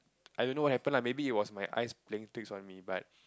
I don't know what happened lah maybe it was my eyes playing tricks on me but